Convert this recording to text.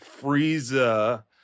Frieza